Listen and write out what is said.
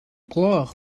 gloch